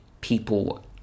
people